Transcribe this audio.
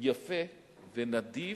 יפה ונדיב,